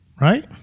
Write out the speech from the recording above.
Right